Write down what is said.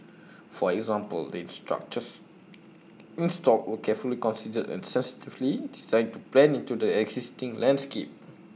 for example the structures installed were carefully considered and sensitively designed to blend into the existing landscape